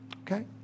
Okay